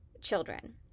children